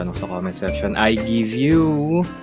and but um and section i give you.